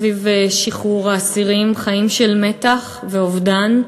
סביב שחרור האסירים, חיים של מתח ואובדן,